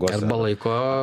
arba laiko